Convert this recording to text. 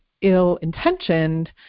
ill-intentioned